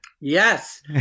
Yes